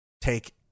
take